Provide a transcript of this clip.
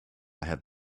have